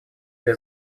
для